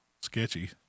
sketchy